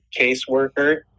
caseworker